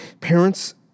parents